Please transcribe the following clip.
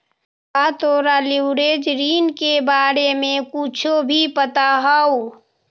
का तोरा लिवरेज ऋण के बारे में कुछो भी पता हवऽ?